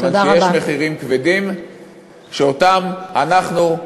כיוון שיש מחירים כבדים שאותם אנחנו,